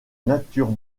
natures